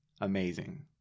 amazing